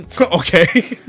Okay